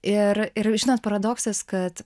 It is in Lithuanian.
ir ir žinot paradoksas kad